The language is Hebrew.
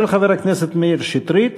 של חבר הכנסת מאיר שטרית,